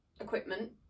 equipment